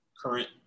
current